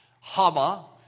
Hama